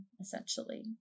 essentially